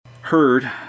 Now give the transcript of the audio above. heard